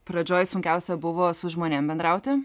pradžioj sunkiausia buvo su žmonėm bendrauti